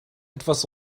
etwas